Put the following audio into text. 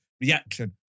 reaction